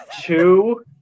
two